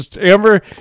Amber